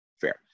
Fair